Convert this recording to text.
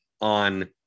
on